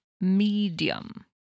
medium